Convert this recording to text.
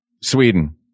Sweden